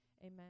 Amen